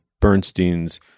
Bernstein's